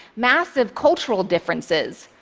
massive cultural differences.